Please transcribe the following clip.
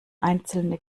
einzelne